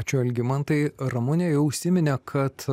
ačiū algimantai ramunė užsiminė kad